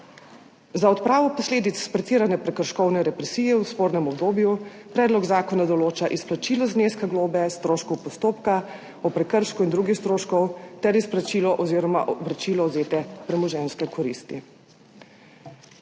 Za odpravo posledic pretirane prekrškovne represije v spornem obdobju predlog zakona določa izplačilo zneska globe, stroškov postopka o prekršku in drugih stroškov ter izplačilo oziroma vračilo vzete premoženjske koristi.